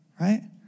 right